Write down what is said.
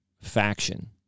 faction